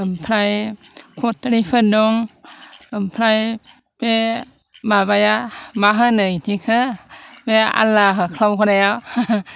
ओमफ्राय खथ्रिफोर दं ओमफ्राय बे माबाया मा होनो बिदिखौ बे आल्लाह होख्रावग्राया